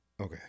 Okay